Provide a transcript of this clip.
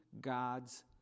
God's